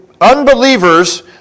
unbelievers